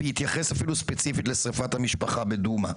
והתייחס אפילו ספציפית לשריפת המשפחה בדומה.